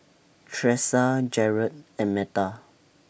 Thresa Jarred and Metha